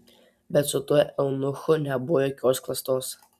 bet su tuo eunuchu nebuvo jokios klastos